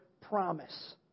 promise